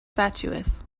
fatuous